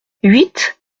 huit